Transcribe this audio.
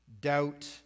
doubt